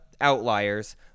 outliers